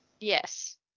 Yes